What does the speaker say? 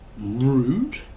rude